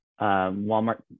Walmart